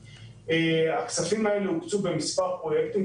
הכספים האלה הוקצו במספר פרויקטים,